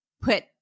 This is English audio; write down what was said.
put